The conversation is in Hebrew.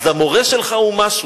אז המורה שלך הוא משהו.